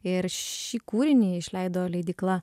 ir šį kūrinį išleido leidykla